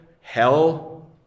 hell